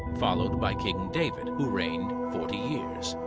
followed by king david who reigned forty years,